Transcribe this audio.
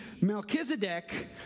Melchizedek